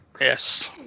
Yes